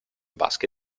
vasche